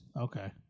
Okay